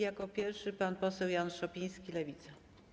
Jako pierwszy pan poseł Jan Szopiński, Lewica.